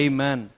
Amen